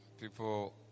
People